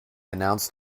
announced